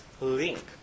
link